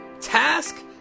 Task